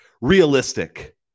realistic